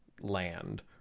land